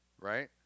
Right